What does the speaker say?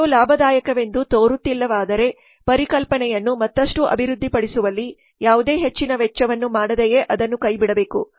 ಸೇವೆಯು ಲಾಭದಾಯಕವೆಂದು ತೋರುತ್ತಿಲ್ಲವಾದರೆ ಪರಿಕಲ್ಪನೆಯನ್ನು ಮತ್ತಷ್ಟು ಅಭಿವೃದ್ಧಿಪಡಿಸುವಲ್ಲಿ ಯಾವುದೇ ಹೆಚ್ಚಿನ ವೆಚ್ಚವನ್ನು ಮಾಡದೆಯೇ ಅದನ್ನು ಕೈಬಿಡಬೇಕು